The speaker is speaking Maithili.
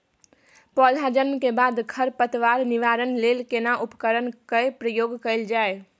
पौधा जन्म के बाद खर पतवार निवारण लेल केना उपकरण कय प्रयोग कैल जाय?